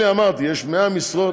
אלה, אמרתי, יש 100 משרות.